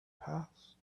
passed